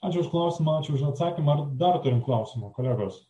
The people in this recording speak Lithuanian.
ačiū už klausimą ačiū už atsakymą ar dar turim klausimų kolegos